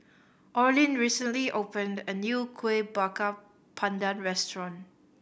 Orlin recently opened a new Kueh Bakar Pandan restaurant